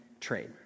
trade